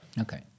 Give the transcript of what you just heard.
Okay